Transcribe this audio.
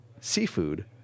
seafood